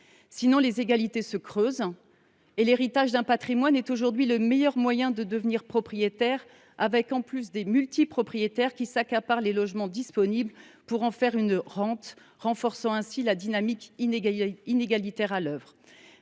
Sinon, les inégalités se creusent. L’héritage d’un patrimoine est aujourd’hui le meilleur moyen de devenir propriétaire… sans compter les multipropriétaires qui accaparent les logements disponibles pour se constituer une rente, renforçant ainsi la dynamique inégalitaire à l’œuvre.